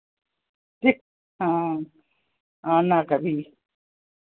ठीक हाँ आना कभी